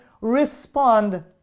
respond